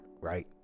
right